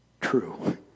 true